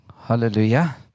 hallelujah